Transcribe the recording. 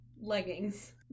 leggings